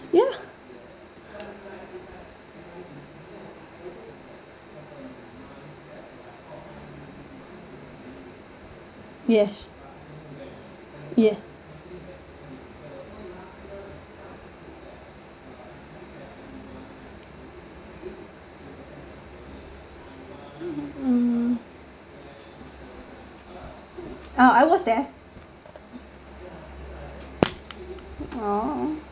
ya yes ya um ah I was there oh